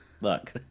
look